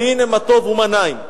והנה מה טוב ומה נעים.